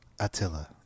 attila